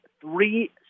three